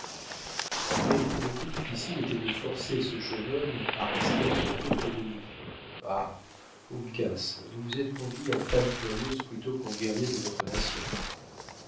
mais le plus difficile était de forcer ce jeune homme à rester en repos près de nous ah uncas vous vous êtes conduit en femme curieuse plutôt qu'en guerrier de votre nation